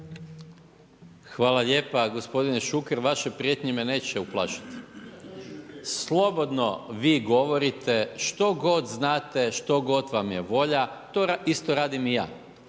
Hvala lijepa. Gospodine Šuker, vaše prijetnje me neće uplašiti. Slobodno vi govorite što god znate, što god vam je volja. To isto radim i ja.